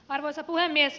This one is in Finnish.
arvoisa puhemies